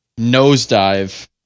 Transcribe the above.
nosedive